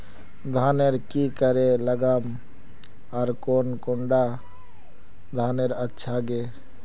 धानेर की करे लगाम ओर कौन कुंडा धानेर अच्छा गे?